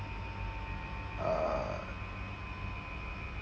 uh